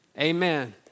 Amen